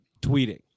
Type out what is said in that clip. tweeting